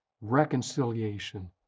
reconciliation